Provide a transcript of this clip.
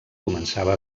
començava